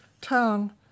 town